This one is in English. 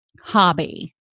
hobby